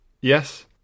Yes